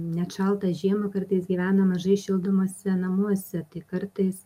net šaltą žiemą kartais gyvena mažai šildomuose namuose tai kartais